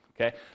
Okay